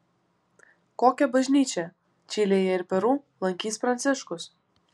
kokią bažnyčią čilėje ir peru lankys pranciškus